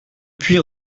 puis